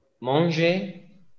manger